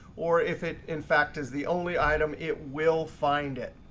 or if it in fact is the only item, it will find it.